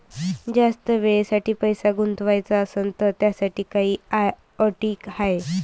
जास्त वेळेसाठी पैसा गुंतवाचा असनं त त्याच्यासाठी काही अटी हाय?